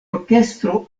orkestro